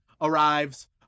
arrives